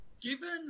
Given